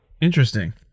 Interesting